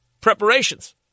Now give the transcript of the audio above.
preparations